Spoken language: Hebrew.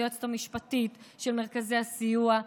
היועצת המשפטית של מרכזי הסיוע,